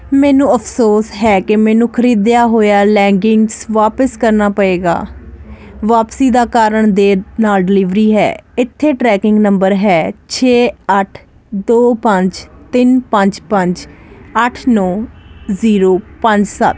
ਮੈਨੂੰ ਅਫਸੋਸ ਹੈ ਕਿ ਮੈਨੂੰ ਖਰੀਦਿਆ ਹੋਇਆ ਲੈਗਿੰਗਜ਼ ਵਾਪਸ ਕਰਨਾ ਪਵੇਗਾ ਵਾਪਸੀ ਦਾ ਕਾਰਨ ਦੇਰ ਨਾਲ ਡਿਲਿਵਰੀ ਹੈ ਇੱਥੇ ਟ੍ਰੈਕਿੰਗ ਨੰਬਰ ਹੈ ਛੇ ਅੱਠ ਦੋ ਪੰਜ ਤਿੰਨ ਪੰਜ ਪੰਜ ਅੱਠ ਨੌਂ ਜ਼ੀਰੋ ਪੰਜ ਸੱਤ